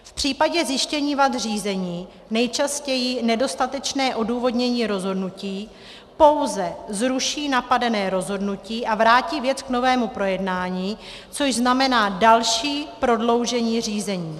V případě zjištění vad řízení, nejčastěji nedostatečné odůvodnění rozhodnutí, pouze zruší napadené rozhodnutí a vrátí věc k novému projednání, což znamená další prodloužení řízení.